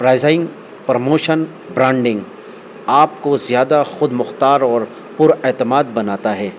pricing promotion branding آپ کو زیادہ خود مختار اور پر اعتماد بناتا ہے